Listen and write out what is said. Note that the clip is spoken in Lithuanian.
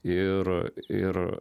ir ir